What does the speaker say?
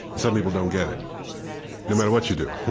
and some people don't get it no matter what you do.